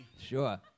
Sure